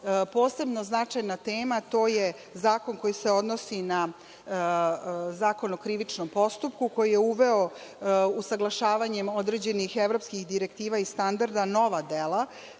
posebno značajna tema, a to je zakon koji se odnosi na Zakon o krivičnom postupku koji je uveo usaglašavanjem određenih evropskih direktiva i standarda nova dela,